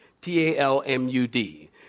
T-A-L-M-U-D